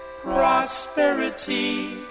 Prosperity